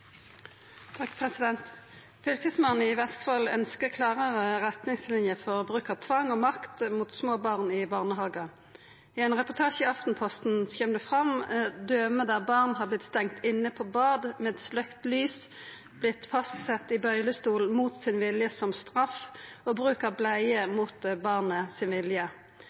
i Vestfold ynskjer klarare retningsliner for bruk av tvang og makt mot små barn i barnehagar. I ein reportasje i Aftenposten kjem det fram døme der barn har blitt stengde inne på bad med sløkt lys, blitt fastsette i bøylestol mot sin vilje som «straff», og bruk av bleie mot barnet sin vilje.